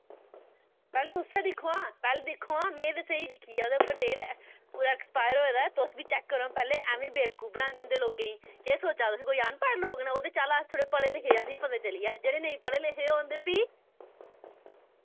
पैह्ले तुस ऐ दिक्खो हां पैह्ले दिक्खो हां मैं ते स्हेई दिक्खी ऐ ओह्दे उप्पर डेट पूरा एक्सपाइर होए दा ऐ तुस बी चैक करो हां पैह्ले ऐवें बेवकूफ बनांदे होंदे लोकें केह् सोच्चा तुस कोई अनपढ़ लोक न ओह् ते चल अस थोह्ड़े पढ़े लिखे आं असें ई पता चली आ जेह्ड़े नेईं पढ़े लिखे दे होन ते फ्ही